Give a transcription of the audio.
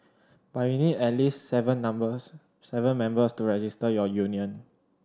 but you need at least seven numbers seven members to register your union